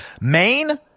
Maine